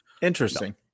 Interesting